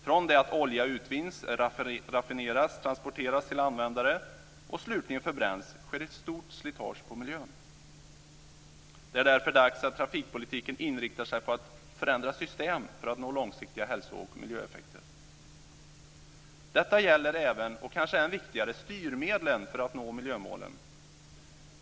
Från det att olja utvinns, raffineras och transporteras till användare och slutligen förbränns sker ett stort slitage på miljön. Därför är det dags att trafikpolitiken inriktar sig på att förändra system för att nå långsiktiga hälso och miljöeffekter. Detta gäller även, och kanske än viktigare, beträffande styrmedlen för att nå miljömålen.